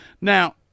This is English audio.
Now